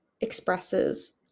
expresses